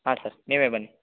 ಹಾಂ ಸರ್ ನೀವೇ ಬನ್ನಿ